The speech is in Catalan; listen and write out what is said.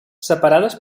separades